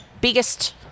biggest